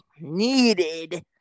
needed